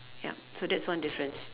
yup so that's one difference